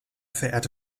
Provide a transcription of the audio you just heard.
verehrte